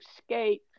escape